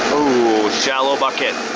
ooh, shallow bucket.